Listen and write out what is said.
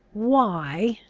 why,